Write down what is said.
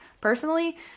personally